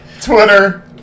twitter